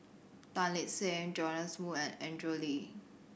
Tan Lip Seng Joash Moo and Andrew Lee